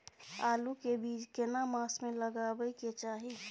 आलू के बीज केना मास में लगाबै के चाही?